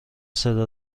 صدا